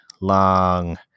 long